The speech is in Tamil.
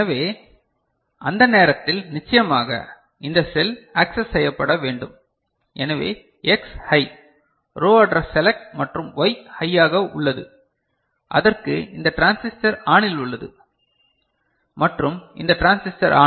எனவே அந்த நேரத்தில் நிச்சயமாக இந்த செல் ஆக்சஸ் செய்யப்பட வேண்டும் எனவே X high row address select மற்றும் Y ஹையாக உள்ளது அதற்கு இந்த டிரான்சிஸ்டர் ஆனில் உள்ளது மற்றும் இந்த டிரான்சிஸ்டர் ஆன் இந்த டிரான்சிஸ்டர் ஆன் மற்றும் இந்த டிரான்சிஸ்டர் ஆனில் உள்ளது